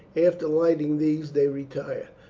after lighting these they retire.